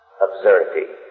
absurdity